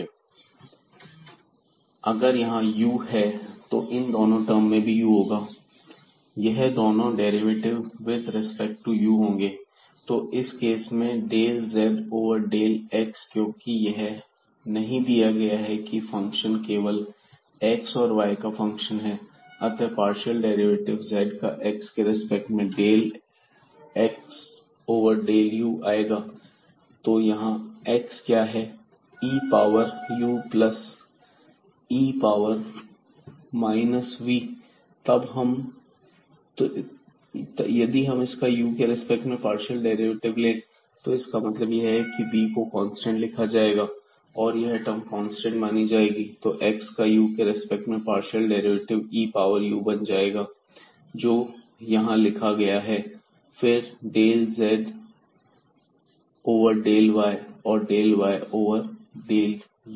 xeu e−v ye−u ev अगर यहां u है तो इन दोनों टर्म में भी u होगा और यह दोनों derivative with respect to u होंगे तो इस केस में del z over del x क्योंकि यह नहीं दिया गया है की फंक्शन केवल x और y का फंक्शन है अतः यह पार्शियल डेरिवेटिव z का x के रिस्पेक्ट में del x over del u आएगा तो यहां x क्या है e power u plus e power minus v तो यदि हम इसका u के रिस्पेक्ट में पार्शियल डेरिवेटिव ले तो इसका मतलब यह है की v को कांस्टेंट लिखा जाएगा और यह टर्म कांस्टेंट मानी जाएगी तो x का u के रिस्पेक्ट में partial derivative e power u बन जाएगा जो यहां लिखा गया है फिर del z over del y और del y over del u